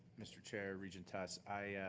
mr. chair, regent tuss. i